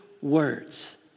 words